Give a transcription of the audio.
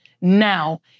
now